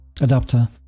adapter